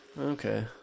Okay